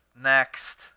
next